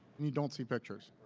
and you don't see pictures.